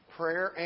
prayer